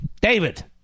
David